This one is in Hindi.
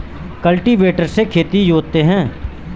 कल्टीवेटर से खेत जोतते हैं